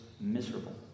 miserable